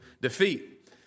defeat